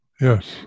yes